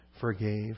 forgave